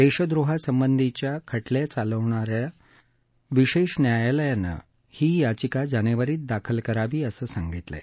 देशद्रोहासंबधीच्या खटले चालवणाऱ्या विशेष न्यायालयाने ही याचिका जानेवारीत दाखल करावी असं सांगीतलं आहे